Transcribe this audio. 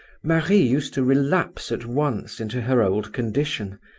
marie used to relapse at once into her old condition,